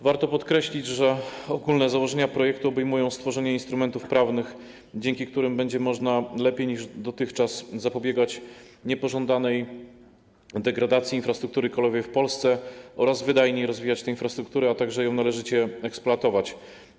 Warto podkreślić, że ogólne założenia projektu obejmują stworzenie instrumentów prawnych, dzięki którym będzie można lepiej niż dotychczas zapobiegać niepożądanej degradacji infrastruktury kolejowej w Polsce oraz wydajniej rozwijać tę infrastrukturę, a także ją należycie eksploatować.